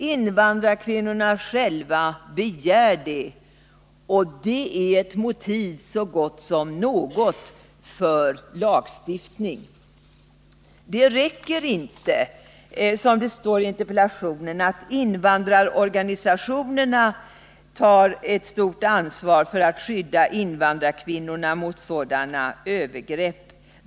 Invandrarkvinnorna själva begär det, och det är ett motiv så gott som något för lagstiftning. Det räcker inte med att — som det står i interpellationssvaret — invandrärorganisationerna har ett stort ansvar för att skydda invandrarkvinnorna mot dessa övergrepp.